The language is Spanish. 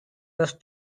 dos